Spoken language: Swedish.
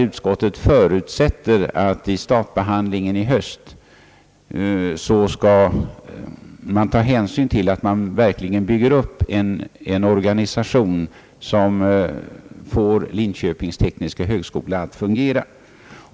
Utskottet förutsätter vidare att man vid statbehandlingen i höst skall ta ' hänsyn till att det gäller att bygga upp en organisation som får Linköpings tekniska högskola att fungera.